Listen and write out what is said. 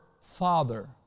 father